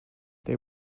they